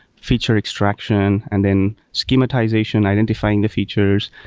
feature extraction and then so schematization, identifying the features,